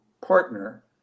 partner